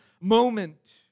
moment